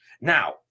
Now